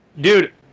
Dude